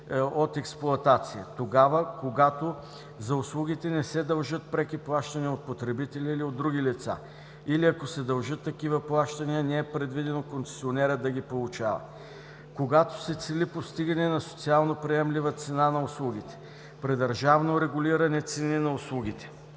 от експлоатация – тогава, когато за услугите не се дължат преки плащания от потребителя или от други лица, или ако се дължат такива плащания, не е предвидено концесионерът да ги получава. Когато се цели постигане на социално приемлива цена на услугите, при държавно регулирани цени на услугите,